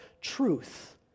truth